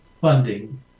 funding